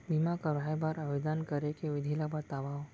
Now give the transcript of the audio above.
बीमा करवाय बर आवेदन करे के विधि ल बतावव?